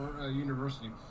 university